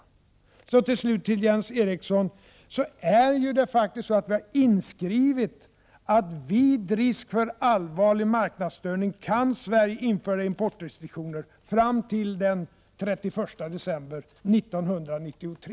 Jag vill slutligen säga till Jens Eriksson att vi faktiskt har inskrivet att Sverige vid risk för allvarlig marknadsstörning kan införa importrestriktioner fram till den 31 december 1993.